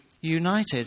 united